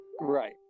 Right